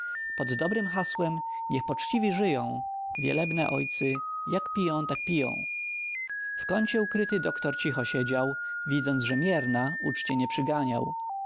pod dobrem hasłem niech poczciwi żyją wielebne ojcy jak piją tak piją w kącie ukryty doktor cicho siedział widząc że mierna uczcie nie przyganiał